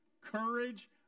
courage